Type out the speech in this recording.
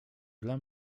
dla